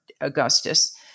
Augustus